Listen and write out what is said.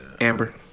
Amber